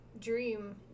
dream